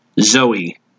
zoe